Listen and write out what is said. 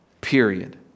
Period